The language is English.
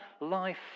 life